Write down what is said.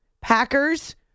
Packers